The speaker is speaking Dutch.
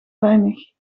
weinig